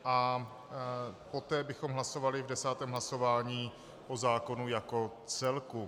A poté bychom hlasovali v desátém hlasování o zákonu jako celku.